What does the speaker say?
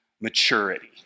maturity